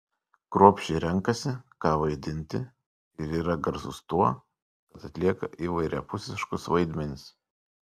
kruopščiai renkasi ką vaidinti ir yra garsus tuo kad atlieka įvairiapusiškus vaidmenis